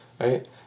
right